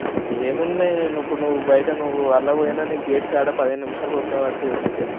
ఏమున్నాయి ఇప్పుడు నువ్వు బయట నువ్వు అందులో పోయినా నీకు గేట్ కాడ పదిహేను నిమిషాలు బొక్క పడుతుంది నీకే